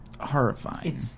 horrifying